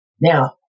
Now